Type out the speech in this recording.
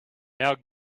now